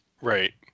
Right